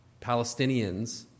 Palestinians